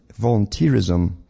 volunteerism